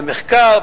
במחקר,